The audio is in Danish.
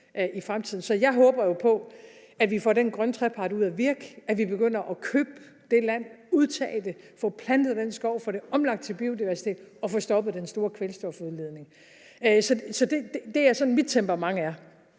Så jeg håber jo på, at vi får den grønne trepart ud at virke, at vi begynder at købe det land, udtage det, få plantet den skov, få det omlagt til biodiversitet og få stoppet den store kvælstofudledning. Så det er sådan, mit temperament er.